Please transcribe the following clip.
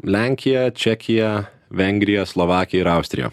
lenkija čekija vengrija slovakija ir austrija